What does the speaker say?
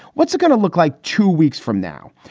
what's it going to look like two weeks from now?